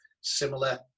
similar